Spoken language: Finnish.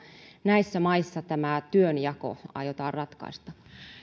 näissä maissa tämä työnjako aiotaan ratkaista